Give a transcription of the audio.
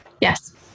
Yes